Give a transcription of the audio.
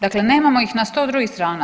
Dakle nemamo ih na 100 drugih strana.